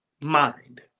mind